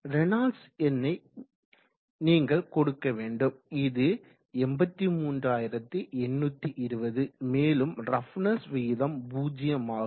Reynolds எண்ணை நீங்கள் கொடுக்க வேண்டும் இது 83820 மேலும் ரஃப்னஸ் விகிதம் 0 ஆகும்